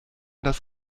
das